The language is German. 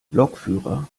lokführer